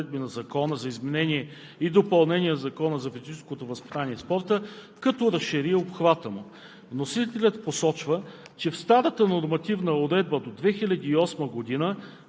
в разпоредбата на § 6 от Преходните и заключителните разпоредби на Закона за изменение и допълнение на Закона за физическото възпитание и спорта, като разшири обхвата му.